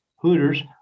hooters